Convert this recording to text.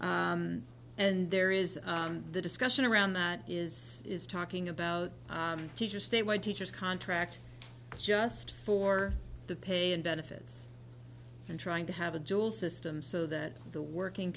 one and there is the discussion around that is is talking about teachers statewide teachers contract just for the pay and benefits and trying to have a dual system so that the working